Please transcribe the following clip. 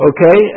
Okay